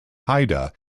haida